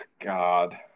God